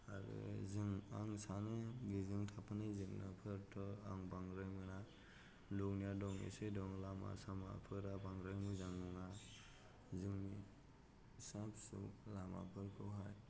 आरो जों आं सानो बेजों थाफानाय जेंनाफोरथ' आं बांद्राय मोना दंनाया दङ एसे लामा सामाफोरा बांद्राय मोजां नङा जोंनि फिसा फिसौ लामाफोरखौहाय